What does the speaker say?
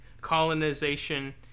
colonization